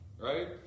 right